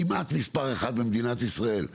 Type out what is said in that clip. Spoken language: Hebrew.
כמעט מספר אחד במדינת ישראל,